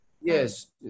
Yes